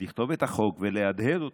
לכתוב את החוק ולהדהד אותו,